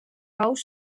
ous